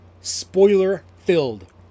spoiler-filled